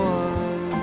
one